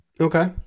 okay